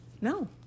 No